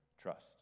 trust